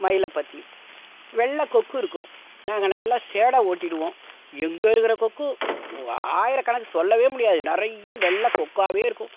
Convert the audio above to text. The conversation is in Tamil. மயிலை பற்றி வெள்ளை கொக்கு இருக்கும் நாங்கள் நல்லா சேடை ஓட்டிவிடுவோம் எங்கே இருக்கிற கொக்கு ஓ ஆயிரக் கணக்கு சொல்லவே முடியாது நிறைய வெள்ளை கொக்காகவே இருக்கும்